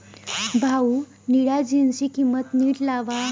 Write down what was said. भाऊ, निळ्या जीन्सची किंमत नीट लावा